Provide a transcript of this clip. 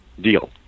deal